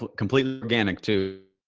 completely organic too.